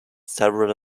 several